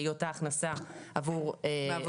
שהיא אותה הכנסה מעסק,